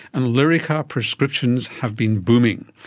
and lyrica prescriptions have been booming.